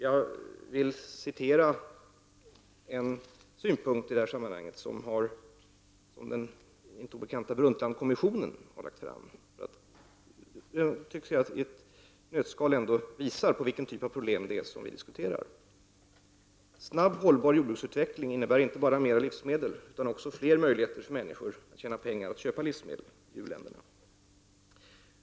Jag vill återge en synpunkt från den inte obekanta Brundtlandkommissionen. Den visar i ett nötskal vilken typ av problem vi diskuterar: Snabb, hållbar jordbruksutveckling innebär inte bara mer livsmedel, utan också fler möjligheter för människor i u-länderna att tjäna pengar och köpa livsmedel.